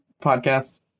podcast